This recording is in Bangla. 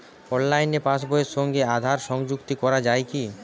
অনলাইনে পাশ বইয়ের সঙ্গে আধার সংযুক্তি করা যায় কি?